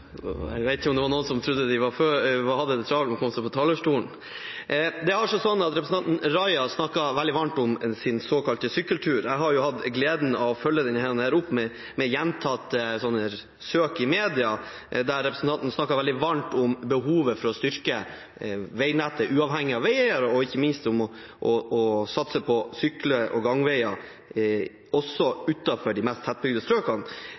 Representanten Raja snakket veldig varmt om sin såkalte sykkeltur. Jeg har hatt gleden av å følge denne med gjentatte søk i media der representanten snakker veldig varmt om behovet for å styrke veinettet uavhengig av veier, og ikke minst om å satse på sykkel- og gangveier også utenfor de mest tettbygde strøkene.